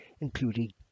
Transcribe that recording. including